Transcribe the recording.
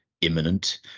imminent